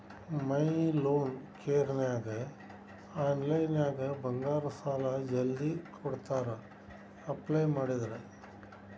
ಮೈ loan ಕೇರನ್ಯಾಗ ಆನ್ಲೈನ್ನ್ಯಾಗ ಬಂಗಾರ ಸಾಲಾ ಜಲ್ದಿ ಕೊಡ್ತಾರಾ ಅಪ್ಲೈ ಮಾಡಿದ್ರ